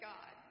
God